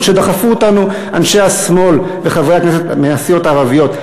שדחפו אותנו אליה אנשי השמאל וחברי הכנסת מהסיעות הערביות.